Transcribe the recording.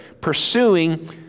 pursuing